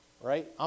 Right